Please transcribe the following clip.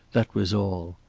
that was all.